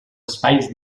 espais